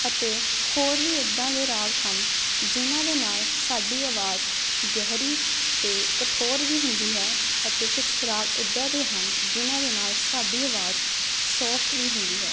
ਅਤੇ ਹੋਰ ਵੀ ਇਦਾਂ ਦੇ ਰਾਗ ਹਨ ਜਿਨਾਂ ਦੇ ਨਾਲ ਸਾਡੀ ਆਵਾਜ਼ ਗਹਿਰੀ ਤੇ ਕਠੋਰ ਵੀ ਹੁੰਦੀ ਹੈ ਅਤੇ ਕੁਛ ਰਾਗ ਇਦਾਂ ਦੇ ਹਨ ਜਿਨਾਂ ਦੇ ਨਾਲ ਸਾਡੀ ਆਵਾਜ਼ ਸੋਫਟ ਵੀ ਹੁੰਦੀ ਹੈ